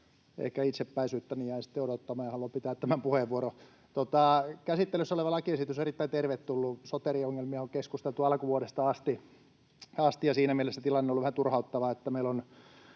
itsepäisyyttäni jäin sitten odottamaan ja haluan pitää tämän puheenvuoron. Käsittelyssä oleva lakiesitys erittäin tervetullut. Soteri-ongelmista on keskusteltu alkuvuodesta asti, ja siinä mielessä tilanne on ollut vähän turhauttava, että meillä on